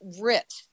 writ